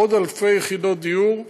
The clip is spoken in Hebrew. עוד אלפי יחידות דיור.